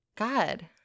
god